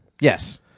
Yes